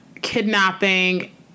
kidnapping